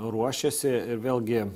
ruošiasi ir vėlgi